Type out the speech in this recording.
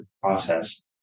process